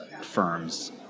firms